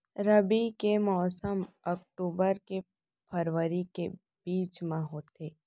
रबी के मौसम अक्टूबर ले फरवरी के बीच मा होथे